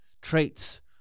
traits